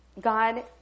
God